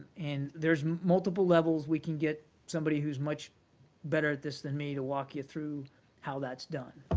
and there's multiple levels we can get somebody who's much better at this than me to walk you through how that's done,